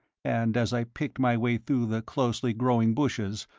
and as i picked my way through the closely growing bushes,